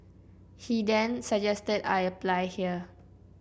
he then suggested I apply here